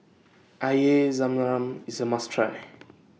Air Zam Zam IS A must Try